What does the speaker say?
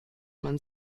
man